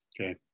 Okay